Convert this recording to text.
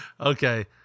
okay